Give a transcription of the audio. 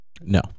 No